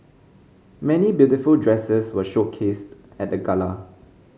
many beautiful dresses were showcased at the gala